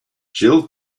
jill